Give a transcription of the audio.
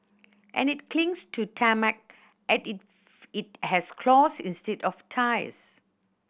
and it clings to tarmac at if it has claws instead of tyres